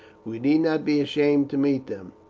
we need not be ashamed to meet them.